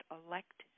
elect